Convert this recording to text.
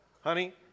Honey